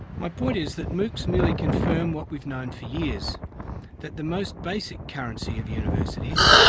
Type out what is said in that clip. my point is that moocs merely confirm what we've known for years that the most basic currency of universities,